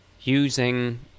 using